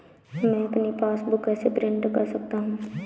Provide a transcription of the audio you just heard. मैं अपनी पासबुक कैसे प्रिंट कर सकता हूँ?